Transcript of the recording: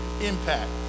impact